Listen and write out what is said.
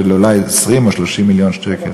אולי 20 או 30 מיליון שקל.